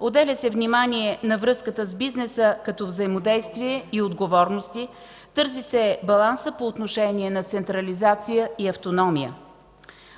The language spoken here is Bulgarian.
отделя се внимание на връзката с бизнеса като взаимодействие и отговорности, търси се баланса по отношение на централизация и автономия.